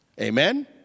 Amen